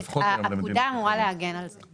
הפקודה אמורה להן על זה.